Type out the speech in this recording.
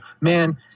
man